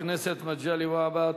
תודה לחבר הכנסת מגלי והבה.